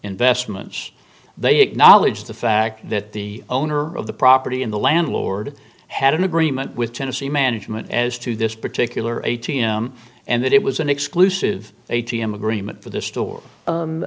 investments they acknowledge the fact that the owner of the property in the landlord had an agreement with tennessee management as to this particular a t m and that it was an exclusive a t m agreement for the store